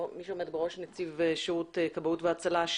מי שעומד בראש נציבות כבאות והצלה,